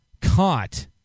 caught